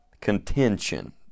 contention